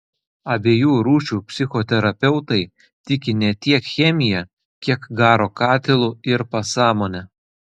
abiejų rūšių psichoterapeutai tiki ne tiek chemija kiek garo katilu ir pasąmone